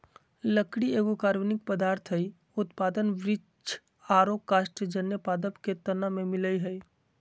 लकड़ी एगो कार्बनिक पदार्थ हई, उत्पादन वृक्ष आरो कास्टजन्य पादप के तना में मिलअ हई